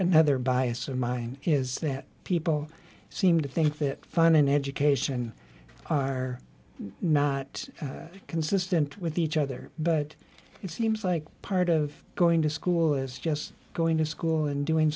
another bias of mine is that people seem to think that fun and education are not consistent with each other but it seems like part of going to school is just going to school and doing